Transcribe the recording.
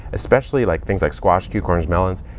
especially like things like squash, cucumbers, melons,